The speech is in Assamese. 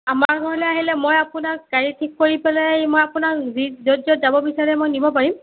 আমাৰ ঘৰলৈ আহিলে মই আপোনাক গাড়ী ঠিক কৰি পেলাই মই আপোনাক যি য'ত য'ত যাব বিচাৰে মই নিব পাৰিম